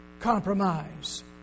compromise